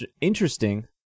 interesting